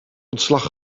ontslag